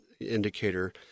indicator